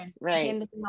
right